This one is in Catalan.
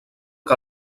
que